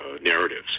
narratives